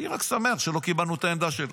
אני רק שמח שלא קיבלנו את העמדה שלו.